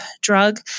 drug